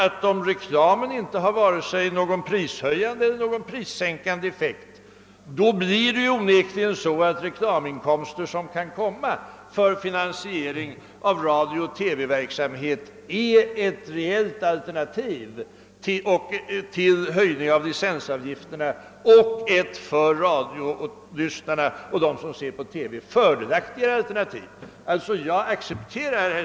Ty om reklamen varken har prishöjande eller prissänkande effekt blir onekligen, även enligt herr Palme, de reklaminkomster som kan komma för finansiering av radiooch TV-verksamhet ett reellt alternativ till höjning av licensavgifterna och ett för radiolyssnarna och TV-innehavarna fördelaktigare alternativ.